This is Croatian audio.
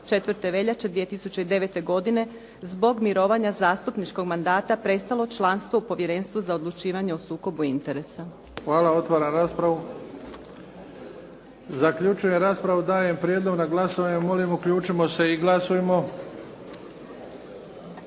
4. veljače 2009. godine zbog mirovanja zastupničkog mandata prestalo članstvo u Povjerenstvu za odlučivanje o sukobu interesa. **Bebić, Luka (HDZ)** Hvala. Otvaram raspravu. Zaključujem raspravu. Dajem prijedlog na glasovanje. Molim uključimo se i glasujmo.